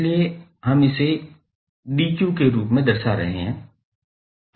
इसलिए हम इसे 𝑑𝑞 के रूप में दर्शा रहे हैं